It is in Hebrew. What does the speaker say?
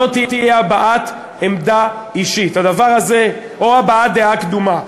לא תהיה הבעת עמדה אישית או הבעת דעה קדומה.